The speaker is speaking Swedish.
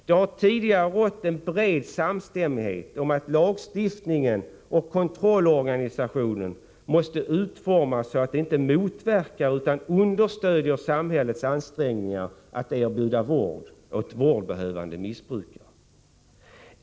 Det har tidigare rått en bred samstämmighet om att lagstiftningen och kontrollorganisationen måste utformas så, att den inte motverkar utan i stället understöder samhällets ansträngningar att erbjuda vård åt vårdbehövande missbrukare.